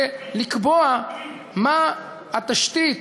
זה לקבוע מה התשתית